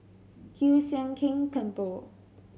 Kiew Sian King Temple